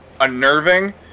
unnerving